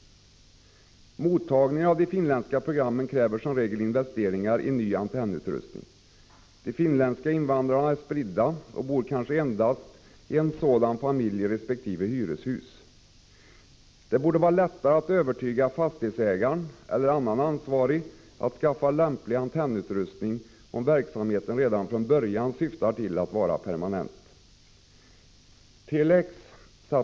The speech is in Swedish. Mottagningen av de finländska programmen kräver som regel investeringar i ny antennutrustning. De finländska invandrarna är spridda, och det bor kanske endast en familj i resp. hyreshus. Det borde vara lättare att övertyga fastighetsägaren eller annan ansvarig om att skaffa lämplig antennutrustning, om verksamheten redan från början syftar till att vara permanent.